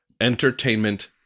entertainment